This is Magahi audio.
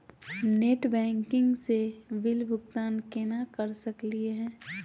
नेट बैंकिंग स बिल भुगतान केना कर सकली हे?